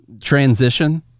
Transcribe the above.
transition